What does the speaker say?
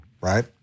right